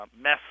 mess